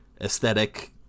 aesthetic